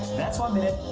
that's one minute.